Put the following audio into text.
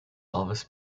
elvis